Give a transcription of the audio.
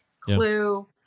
Clue